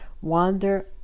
wander